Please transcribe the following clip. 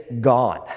gone